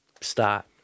start